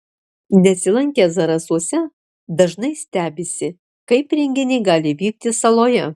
nesilankę zarasuose dažnai stebisi kaip renginiai gali vykti saloje